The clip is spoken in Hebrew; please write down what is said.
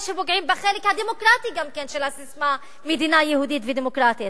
שפוגעים בחלק הדמוקרטי של הססמה "מדינה יהודית ודמוקרטית".